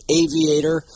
aviator